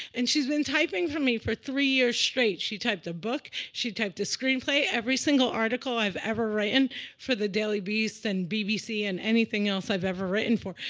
and she's been typing for me for three years straight. she typed a book. she typed a screenplay, every single article i've ever written for the daily beast and bbc and anything else i've ever written for,